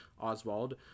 Oswald